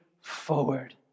forward